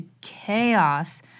chaos